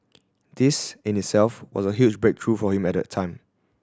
this in itself was a huge breakthrough for him at the time